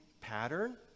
pattern